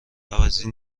عوضی